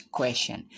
question